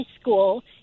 school